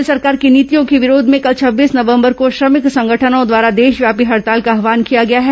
केंद्र सरकार की नीतियों के विरोध में कल छब्बीस नवंबर को श्रमिक संगठनों द्वारा देशव्यापी हड़ताल का आव्हान किया गया है